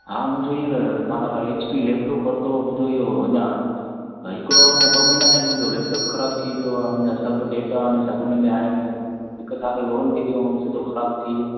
हा मुंहिंजो हींअर मां तव्हांखां एचपी लैपटॉप वरितो हुओ मुंहिंजो इहो अञा हिकिड़ो अने ॿ महीना थिया आहिनि मुंहिंजो लैपटॉप ख़राब थी वियो आहे मुंहिंजो सभु डेटा सभु हुन में आहिनि हिकु साल जी वॉरंटी बि ऐं सिधो ख़राब थी वियो